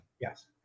Yes